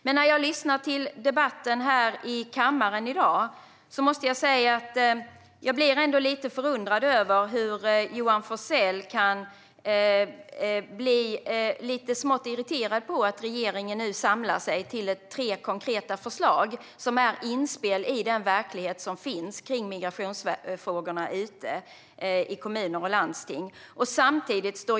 Men när jag lyssnar till debatten här i kammaren i dag måste jag säga att jag ändå blir lite förundrad över hur Johan Forssell kan bli lite smått irriterad på att regeringen nu samlar sig till tre konkreta förslag som är inspel i den verklighet som finns kring migrationsfrågorna ute i kommuner och landsting.